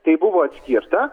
tai buvo atskirta